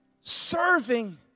serving